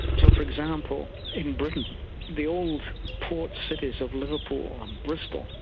so for example, in britain the old port cities of liverpool and bristol,